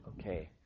okay